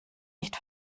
nicht